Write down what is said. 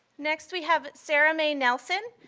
next, we have sarah-mae nelson,